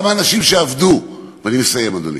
גם האנשים שעבדו, ואני מסיים, אדוני,